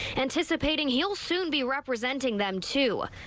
anticipating he'll soon be representing them, too.